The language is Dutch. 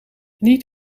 niet